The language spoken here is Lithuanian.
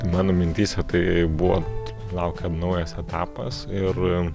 mano mintyse tai buvo laukia naujas etapas ir